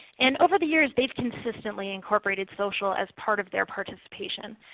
and over the years they have consistently incorporated social as part of their participation.